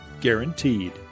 guaranteed